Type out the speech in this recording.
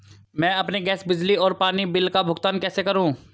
मैं अपने गैस, बिजली और पानी बिल का भुगतान कैसे करूँ?